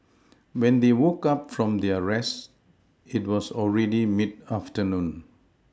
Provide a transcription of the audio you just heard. when they woke up from their rest it was already mid afternoon